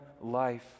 life